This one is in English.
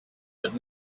but